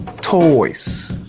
toys!